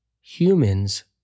Humans